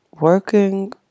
working